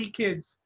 kids